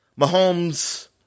Mahomes